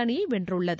அணியை வென்றுள்ளது